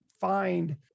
find